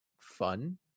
fun